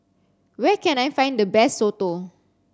where can I find the best Soto